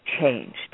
changed